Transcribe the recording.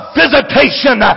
visitation